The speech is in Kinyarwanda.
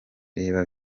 reba